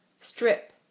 strip